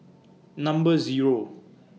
Number Zero